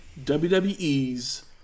WWE's